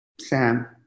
Sam